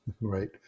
Right